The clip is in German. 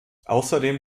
außerdem